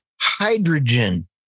hydrogen